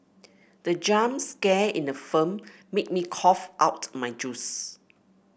the jump scare in the film made me cough out my juice